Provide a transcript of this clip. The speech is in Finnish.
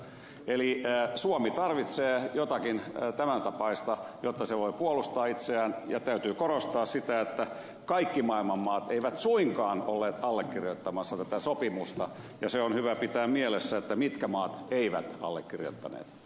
eli suomi tarvitsee jotakin tämän tapaista jotta se voi puolustaa itseään ja täytyy korostaa sitä että kaikki maailman maat eivät suinkaan olleet allekirjoittamassa tätä sopimusta ja se on hyvä pitää mielessä mitkä maat eivät allekirjoittaneet